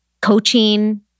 coaching